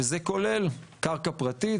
וזה כולל קרקע פרטית,